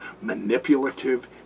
manipulative